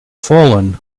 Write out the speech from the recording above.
fallen